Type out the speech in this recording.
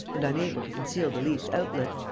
and unable to conceal the least outlet.